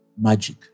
magic